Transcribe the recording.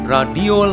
Radio